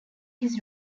his